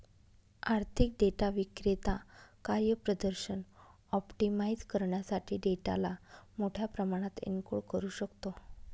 आर्थिक डेटा विक्रेता कार्यप्रदर्शन ऑप्टिमाइझ करण्यासाठी डेटाला मोठ्या प्रमाणात एन्कोड करू शकतो